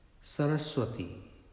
Saraswati